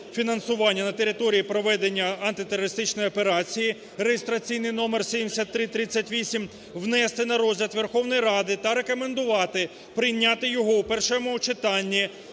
на території проведення антитерористичної операції (реєстраційний номер 7338) внести на розгляд Верховної Ради та рекомендувати прийняти його в першому читанні